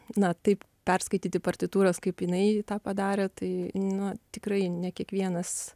na taip perskaityti partitūros kaip jinai tą padarė tai nu tikrai ne kiekvienas